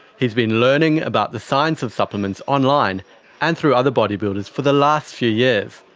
he's been learning about the science of supplements online and through other bodybuilders for the last few years,